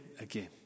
again